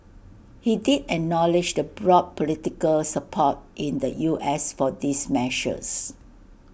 he did acknowledge the broad political support in the U S for these measures